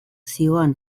zihoan